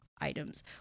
items